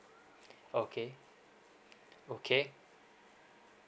okay okay